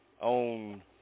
on